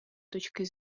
точкой